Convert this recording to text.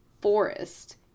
forest